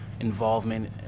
involvement